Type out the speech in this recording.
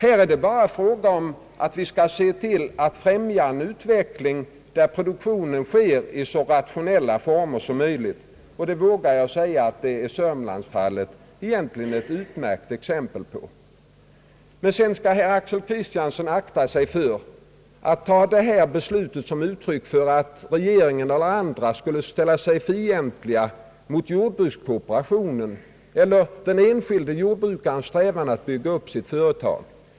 Det är bara fråga om att se till att främja en utveckling med produktion under så rationella former som möjligt. Jag vågar säga att sörmlandsfallet är ett utmärkt exempel på detta. Herr Axel Kristiansson skall akta sig för att ta beslutet som ett uttryck för att regeringen och andra skulle ställa sig fientliga mot jordbrukskooperatio nen eller mot den enskilde jordbrukarens strävan att bygga upp sitt företag.